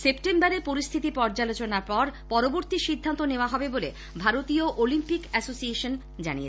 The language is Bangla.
সেপ্টেম্বরে পরিস্হিতি পর্যালোচনার পর পরবর্তী সিদ্ধান্ত নেওয়া হবে বলে ভারতীয় অলিম্পিক অ্যাসেসিয়েশন জানিয়েছে